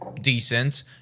Decent